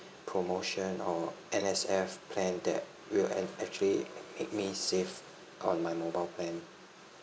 promotion or N_S_F plan that will act~ actually make me save on my mobile plan